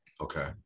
Okay